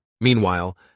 Meanwhile